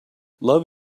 love